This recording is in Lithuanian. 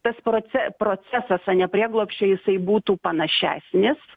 tas proce procesas ane prieglobsčio jisai būtų panašesnis